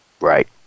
Right